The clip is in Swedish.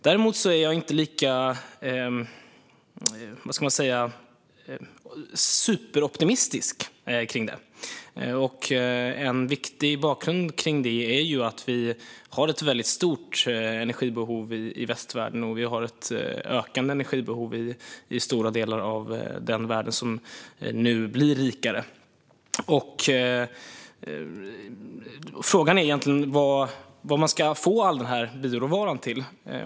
Däremot är jag inte lika superoptimistisk, om jag ska kalla det så, kring detta. En viktig anledning till det är att vi har ett väldigt stort energibehov i västvärlden och ett ökande energibehov i de stora delar av världen som nu blir rikare, och frågan är egentligen var man ska få all bioråvara ifrån.